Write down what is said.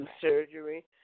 surgery